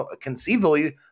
conceivably